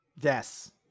yes